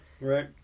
Right